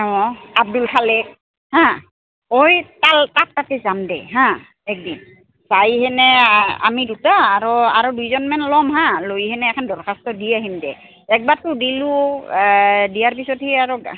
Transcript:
অঁ আব্দুল খালেক হা ঐ তাত তাতে যাম দেই হা একদিন যাইহেনে আমি দুটা আৰু আৰু দুইজনমানো ল'ম হা লৈহেনে এখন দৰখাস্ত দি আহিম দে একবাৰটো দিলোঁ দিয়াৰ পিছতহি আৰু